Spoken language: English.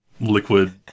liquid